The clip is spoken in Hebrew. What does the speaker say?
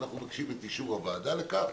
אנחנו מבקשים את אישור הוועדה לכך,